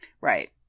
Right